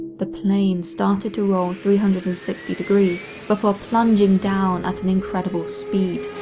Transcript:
the plane started to roll three hundred and sixty degrees before plunging down at an incredible speed.